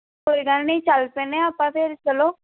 ਕੋਈ ਗੱਲ ਨਹੀਂ ਚੱਲ ਪੈਂਦੇ ਆਪਾਂ ਫਿਰ ਚਲੋ